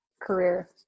career